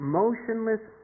motionless